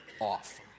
off